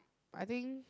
I think